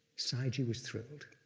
sayagyi was thrilled.